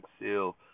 seal